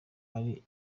yari